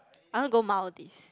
I want go Maldives